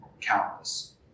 countless